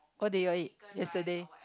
what do you all eat yesterday